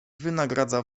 wynagradza